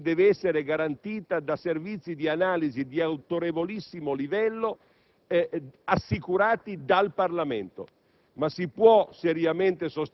la trasparenza dei conti pubblici deve essere garantita da servizi di analisi di autorevolissimo livello assicurati dal Parlamento,